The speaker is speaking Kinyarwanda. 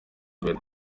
mbere